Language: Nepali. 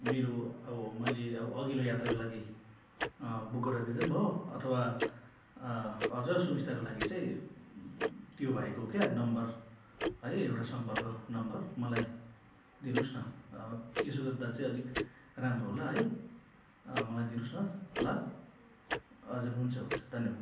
मेरो अब मैले अब अघिल्लो यात्राको लागि बुक गराइदिँदा पनि भयो अथवा अझ सुबिस्ताको लागि चाहिँ त्यो भाइको क्या नम्बर है एउटा सम्पर्क नम्बर मलाई दिनुहोस् न त्यसो गर्दा चाहिँ अलिक राम्रो होला है मलाई दिनुहोस् न ल हजुर हुन्छ हुन्छ धन्यवाद